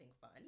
fun